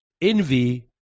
envy